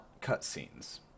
cutscenes